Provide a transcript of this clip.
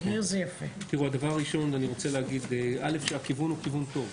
אני רוצה להגיד, א', שהכיוון הוא כיוון טוב.